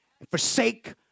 Forsake